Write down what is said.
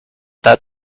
that